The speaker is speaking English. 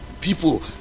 people